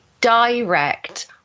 direct